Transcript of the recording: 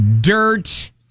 Dirt